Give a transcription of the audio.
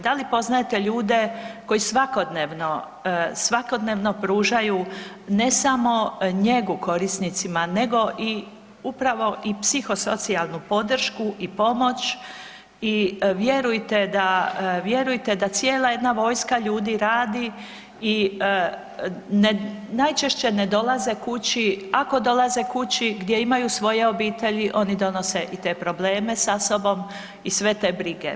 Da li poznajete ljude koji svakodnevno, svakodnevno pružaju ne samo njegu korisnicima nego i upravo i psiho socijalnu podršku i pomoć i vjerujte da, vjerujte da cijela jedna vojska ljudi radi i ne, najčešće ne dolaze kući, ako dolaze kući gdje imaju svoje obitelji oni donose i te probleme sa sobom i sve te brige?